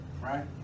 Right